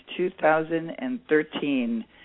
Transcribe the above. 2013